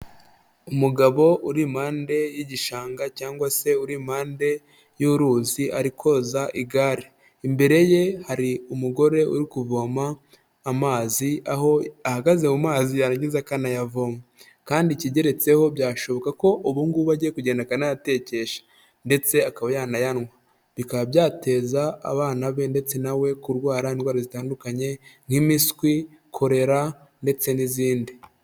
Umugabo uri impande y'igishanga cyangwa se uri impande y'uruzi ari koza igare, imbere ye hari umugore uri kuvoma amazi, aho ahagaze mu mazi yarangiza akanayavoma, kandi ikigeretseho byashoboka ko ubu ngubu ajye kugenda akanayatekesha ndetse akaba yanayanywa bikaba byateza abana be ndetse nawe kurwara indwara zitandukanye nk'impiswi, korera ndetse n'izindi.